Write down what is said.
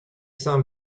saints